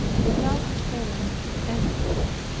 without sparing anything.